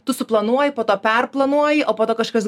tu suplanuoji po to perplanuoji o po to kažkas